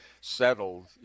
settled